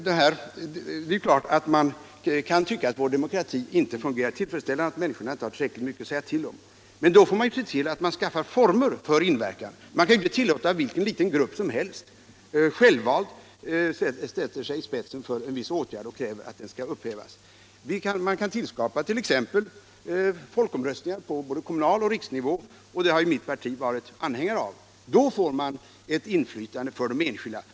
Det är klart att man kan anse att vår demokrati inte fungerar tillfredsställande och att de enskilda människorna inte har tillräckligt mycket att säga till om. Men då får man se till att man skapar lagliga former för inflytande. Man kan inte tillåta att vilken liten självvald grupp som helst på detta sätt kräver att ett beslut om en viss åtgärd skall upphävas. Man kan t.ex. införa folkomröstningar både på kommunal nivå och på riksnivå. En sådan ordning har mitt parti varit anhängare av. Då ger man de enskilda ett inflytande.